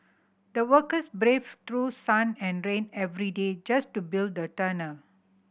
the workers braved through sun and rain every day just to build the tunnel